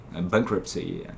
Bankruptcy